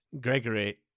Gregory